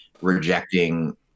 rejecting